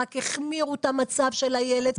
רק החמירו את המצב של הילד,